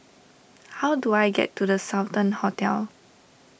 how do I get to the Sultan Hotel